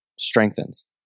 Strengthens